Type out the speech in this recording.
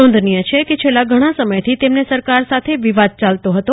નોંધનીય છે કે છેલ્લા ઘણા સમયથી તેમને સરકાર સાથે વિવાદ ચાલતો હતો